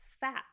fat